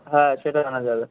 হ্যাঁ সেটা আনা যাবে